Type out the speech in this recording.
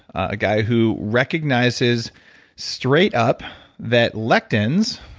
a guy who recognizes straight up that lectins,